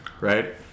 right